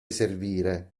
servire